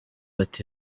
ati